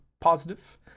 positive